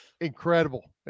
incredible